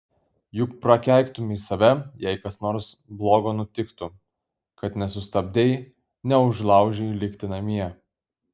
juk prakeiktumei save jei kas nors blogo nutiktų kad nesustabdei neužlaužei likti namie